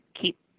keep